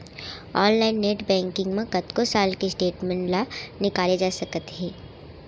online net banking म कतको साल के स्टेटमेंट ल निकाले जा सकत हे